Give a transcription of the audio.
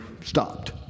stopped